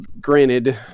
granted